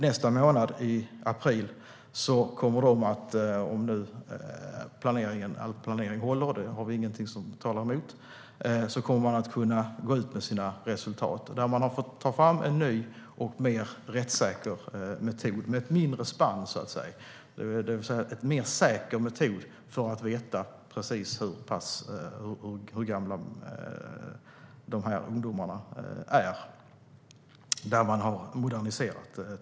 Nästa månad, i april, om planeringen håller - ingenting talar emot detta - kommer Socialstyrelsen att gå ut med sina resultat. Man har tagit fram en ny och mer rättssäker metod med ett mindre spann. Det ska vara en mer säker metod för att veta precis hur gamla ungdomarna är. Tekniken har moderniserats.